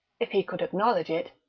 if he could acknowledge it.